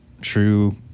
true